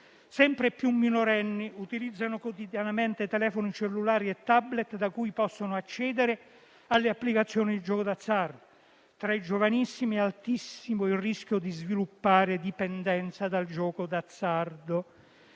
Sempre più minorenni utilizzano quotidianamente telefoni cellulari e *tablet* da cui possono accedere alle applicazioni del gioco d'azzardo. Tra i giovanissimi è altissimo il rischio di sviluppare dipendenza dal gioco d'azzardo.